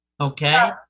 Okay